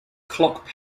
clock